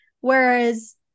Whereas